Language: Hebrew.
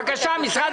בושה וחרפה.